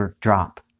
drop